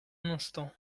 instant